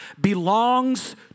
belongs